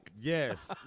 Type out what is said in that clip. Yes